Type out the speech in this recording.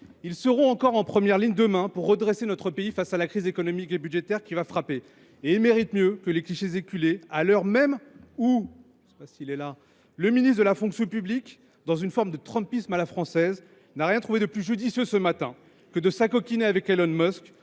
trouveront encore en première ligne, demain, pour redresser notre pays face à la crise économique et budgétaire qui va s’abattre sur nous. Ils méritent mieux que les clichés éculés, alors que le ministre de la fonction publique, dans une forme de trumpisme à la française, n’a rien trouvé de plus judicieux que de s’acoquiner avec Elon Musk,